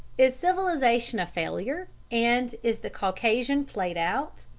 is civilization a failure, and is the caucasian played out?